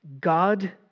God